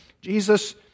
Jesus